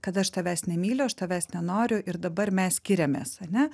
kad aš tavęs nemyliu aš tavęs nenoriu ir dabar mes skiriamės ane